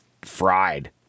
Fried